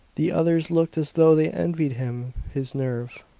the others looked as though they envied him his nerve.